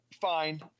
Fine